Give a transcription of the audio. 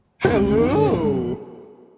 Hello